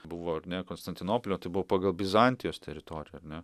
buvo ar ne konstantinopolio tai buvo pagal bizantijos teritoriją ar ne